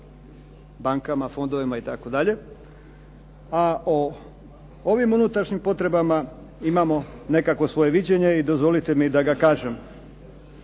bankama, fondovima itd. a o ovim unutrašnjim potrebama imamo nekakvo svoje viđenje i dozvolite mi da ga kažem